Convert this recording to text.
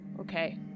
Okay